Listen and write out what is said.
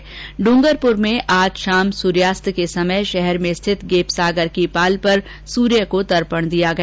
इंगरपुर में आज शाम को सूर्यास्त के समय शहर में स्थित गेपसागर की पाल पर सूर्य को तर्पण दिया गया